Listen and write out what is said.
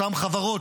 אותן חברות,